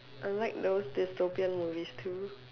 I like those the dystopian movies too